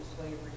slavery